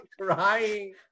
crying